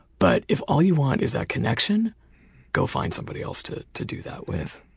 but if all you want is that connection go find somebody else to to do that with.